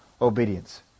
obedience